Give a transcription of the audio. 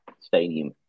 Stadium